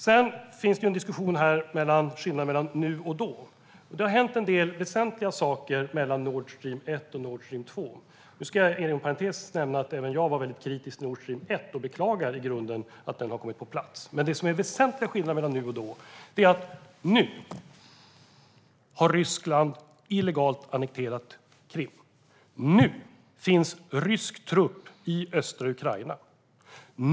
Det finns en diskussion om skillnaden mellan nu och då. Det har hänt en del väsentliga saker mellan Nord Stream 1 och Nord Stream 2. Inom parentes vill jag nämna att även jag var väldigt kritisk till Nord Stream 1 och beklagar i grunden att den har kommit på plats. Den väsentliga skillnaden mellan nu och då är att nu har Ryssland illegalt annekterat Krim. Nu finns rysk trupp i östra Ukraina.